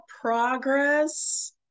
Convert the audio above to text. progress